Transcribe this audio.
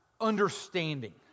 understanding